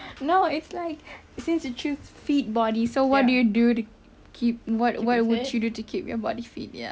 no it's like since you choose fit body so what do you do to keep what what you do to keep your body fit ya